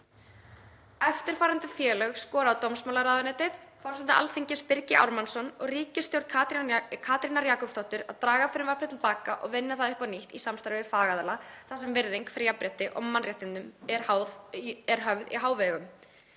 Eftirfarandi félög skora á dómsmálaráðuneytið, forseta Alþingis, Birgi Ármannsson, og ríkisstjórn Katrínar Jakobsdóttur að draga frumvarpið til baka og vinna það upp á nýtt í samstarfi við fagaðila þar sem virðing fyrir jafnrétti og mannréttindum eru höfð í hávegum.“